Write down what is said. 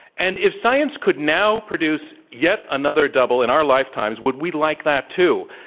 and if science could now produce yet another double in our lifetimes, would we like that, too?